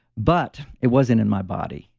but it wasn't in my body.